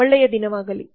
ಒಳ್ಳೆಯ ದಿನವಾಗಲಿ